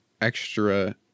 extra